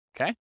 Okay